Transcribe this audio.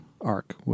arc